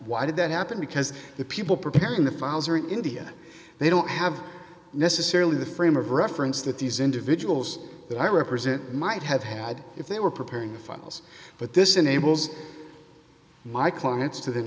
why did that happen because the people preparing the files are in india they don't have necessarily the frame of reference that these individuals that i represent might have had if they were preparing the files but this enables my clients to th